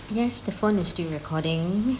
yes the phone is still recording